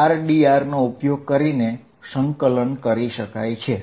rdr4π0h2R232 હશે